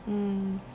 mm